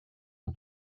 und